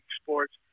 sports